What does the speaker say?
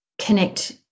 connect